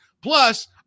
Plus